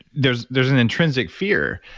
there's there's an intrinsic fear.